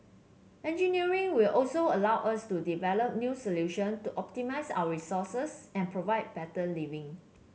engineering will also allow us to develop new solution to optimise our resources and provide better living